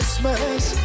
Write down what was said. Christmas